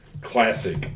Classic